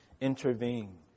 intervene